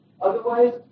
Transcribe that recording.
Otherwise